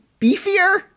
beefier